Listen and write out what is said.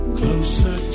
closer